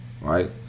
right